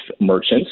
merchants